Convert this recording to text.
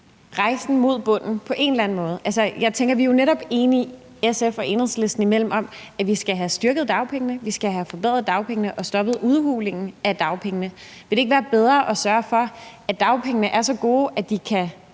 rejsen mod bunden. Altså, vi er jo netop i SF og Enhedslisten enige om, at vi skal have styrket dagpengene, at vi skal have forbedret dagpengene og stoppet udhulingen af dagpengene. Ville det ikke være bedre at sørge for, at dagpengene er så gode, at de kan